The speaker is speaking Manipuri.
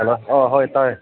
ꯍꯜꯂꯣ ꯑꯣ ꯍꯣꯏ ꯇꯥꯏꯌꯦ